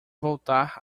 voltar